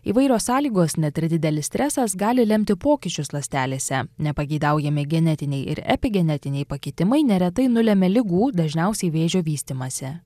įvairios sąlygos net ir didelis stresas gali lemti pokyčius ląstelėse nepageidaujami genetiniai ir epigenetiniai pakitimai neretai nulemia ligų dažniausiai vėžio vystymąsi